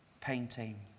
painting